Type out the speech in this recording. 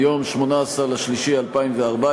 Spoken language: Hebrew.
מיום 18 במרס 2014,